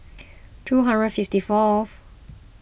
two hundred fifty fourth